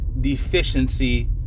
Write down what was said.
deficiency